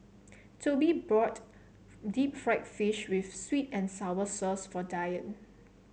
Tobie bought Deep Fried Fish with sweet and sour sauce for Dyan